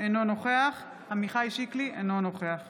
אינו נוכח עמיחי שיקלי, אינו נוכח